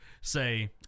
say